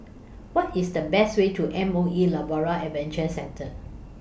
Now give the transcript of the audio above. What IS The fastest Way to M O E Labrador Adventure Centre